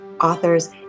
authors